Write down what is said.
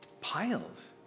piles